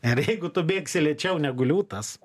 ir jeigu tu bėgsi lėčiau negu liūtas